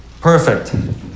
perfect